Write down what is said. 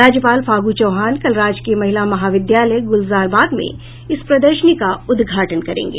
राज्यपाल फागू चौहान कल राजकीय महिला महाविद्यालय गुलजारबाग में इस प्रदर्शनी का उदघाटन करेंगे